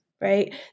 right